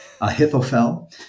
Ahithophel